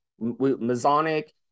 Masonic